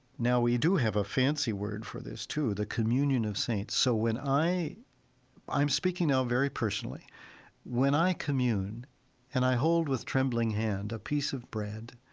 now, we do have a fancy word for this, too, the communion of saints. so when i i'm speaking now very personally when i commune and i hold with trembling hand a piece of bread,